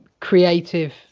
creative